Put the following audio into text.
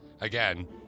again